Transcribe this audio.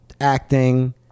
acting